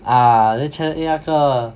ah then Channel Eight 那个